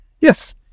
Yes